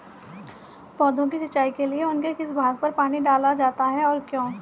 पौधों की सिंचाई के लिए उनके किस भाग पर पानी डाला जाता है और क्यों?